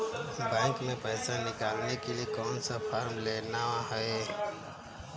Bank में पैसा निकालने के लिए कौन सा फॉर्म लेना है?